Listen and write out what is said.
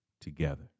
together